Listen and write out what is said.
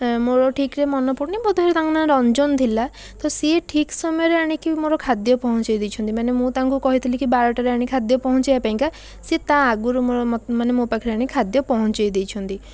ମୋର ଠିକ୍ରେ ମନେପଡ଼ୁନି ବୋଧେ ତାଙ୍କ ନା ରଞ୍ଜନ୍ ଥିଲା ତ ସିଏ ଠିକ୍ ସମୟରେ ଆଣିକି ମୋର ଖାଦ୍ୟ ପହଞ୍ଚେଇ ଦେଇଛନ୍ତି ମାନେ ମୁଁ ତାଙ୍କୁ କହିଥିଲି କି ବାରଟାରେ ଆଣି ଖାଦ୍ୟ ପହଞ୍ଚେଇବା ପାଇଁକା ସେ ତା ଆଗରୁ ମୋର ମୋତ୍ ମାନେ ମୋ ପାଖରେ ଖାଦ୍ୟ ପହଞ୍ଚେଇ ଦେଇଛନ୍ତି